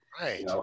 Right